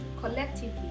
collectively